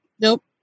nope